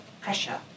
pressure